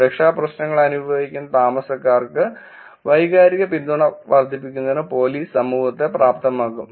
സുരക്ഷാ പ്രശ്നങ്ങൾ അനുഭവിക്കുന്ന താമസക്കാർക്ക് വൈകാരിക പിന്തുണ വർദ്ധിപ്പിക്കുന്നതിന് പോലീസ് സമൂഹത്തെ പ്രാപ്തമാക്കും